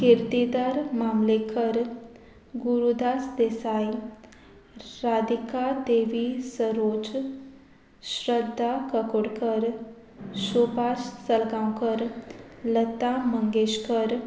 किर्तीदार Mamlekar Gurudas Desai Radhika Devi Saroj Shraddha Kakodkar Subhash Salgaonkar Lata Mangeshkar